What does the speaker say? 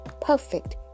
perfect